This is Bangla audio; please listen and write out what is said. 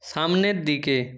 সামনের দিকে